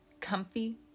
comfy